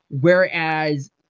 Whereas